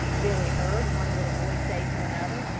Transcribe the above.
billy heard one little boy say to another.